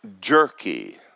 Jerky